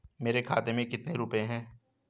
मेरे खाते में कितने रुपये हैं?